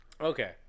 Okay